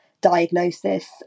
diagnosis